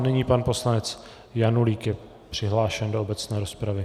Nyní pan poslanec Janulík je přihlášen do obecné rozpravy.